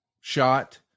shot